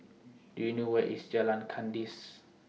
Do YOU know Where IS Jalan Kandis